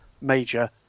major